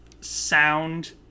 sound